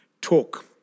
talk